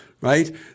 right